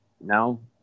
no